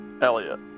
elliot